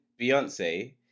Beyonce